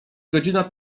godzina